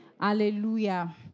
Hallelujah